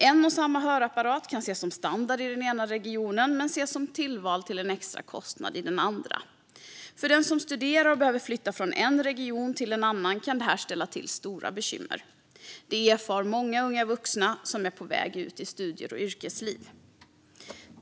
En och samma hörapparat kan ses som standard i en region, men som tillval till en extra kostnad i en annan. För den som studerar och behöver flytta från en region till en annan kan detta ställa till stora bekymmer. Det erfar många unga vuxna som är på väg ut i studier och yrkesliv.